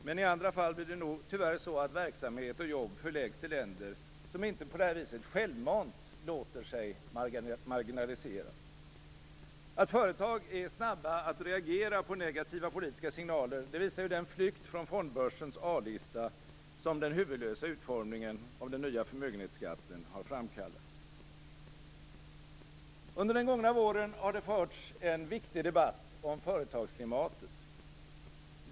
Men i andra fall blir det nog tyvärr så att verksamhet och jobb förläggs till länder som inte på det sättet självmant låter sig marginaliseras. Att företag är snabba på att reagera på negativa politiska signaler visar den flykt från fondbörsens A-lista, som den huvudlösa utformningen av den nya förmögenhetsbeskattningen har framkallat. Under den gångna våren har det förts en viktig debatt om företagsklimatet.